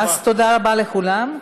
תודה רבה לכולם.